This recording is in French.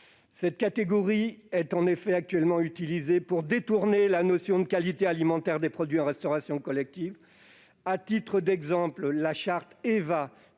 Cette catégorie est en effet actuellement utilisée pour détourner la notion de qualité alimentaire des produits de la restauration collective. À titre d'exemple, la charte EVA,